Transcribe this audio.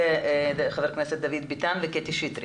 וח"כ דוד ביטן וקטי שטרית.